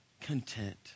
content